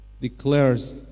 declares